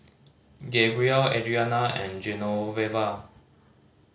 Gabrielle Adriana and Genoveva